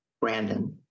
Brandon